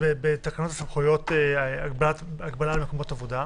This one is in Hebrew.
בתקנות הסמכויות הגבלה במקומות עבודה,